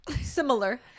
similar